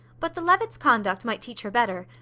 but the levitts' conduct might teach her better.